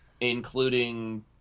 including